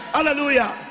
Hallelujah